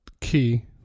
key